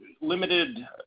limited